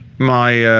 my,